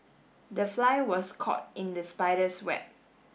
the fly was caught in the spider's web